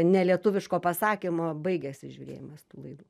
nelietuviško pasakymo baigiasi žiūrėjimas tų laidų